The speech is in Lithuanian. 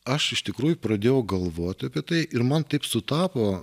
aš iš tikrųjų pradėjau galvot apie tai ir man taip sutapo